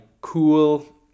cool